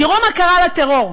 תראו מה קרה לטרור.